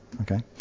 Okay